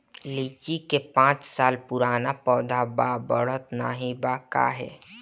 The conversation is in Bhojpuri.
लीची क पांच साल पुराना पौधा बा बढ़त नाहीं बा काहे?